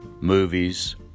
Movies